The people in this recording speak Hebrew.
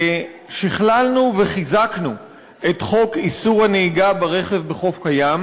ושכללנו וחיזקנו את חוק איסור נהיגה ברכב בחוף הים,